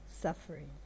suffering